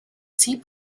sea